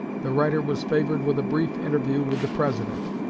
the writer was favored with a brief interview with the president,